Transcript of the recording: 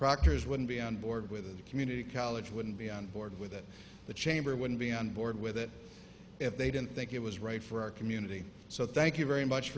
proctors wouldn't be on board with the community college wouldn't be on board with it the chamber wouldn't be on board with it if they didn't think it was right for our community so thank you very much